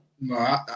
No